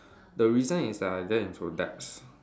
the reason is that I get into debts